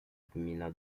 gmina